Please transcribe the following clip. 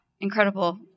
incredible